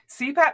CPAP